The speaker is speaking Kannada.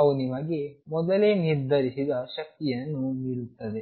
ಅವು ನಿಮಗೆ ಮೊದಲೇ ನಿರ್ಧರಿಸಿದ ಶಕ್ತಿಯನ್ನು ನೀಡುತ್ತದೆ